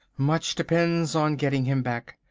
much depends on getting him back.